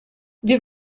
wir